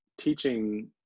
teaching